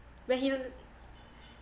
when he